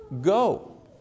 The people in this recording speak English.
go